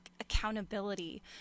accountability